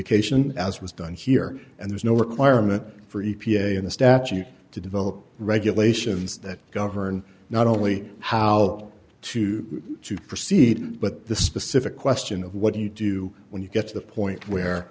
adjudication as was done here and there's no requirement for e p a in the statute to develop regulations that govern not only how to proceed but the specific question of what do you do when you get to the point where